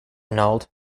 annulled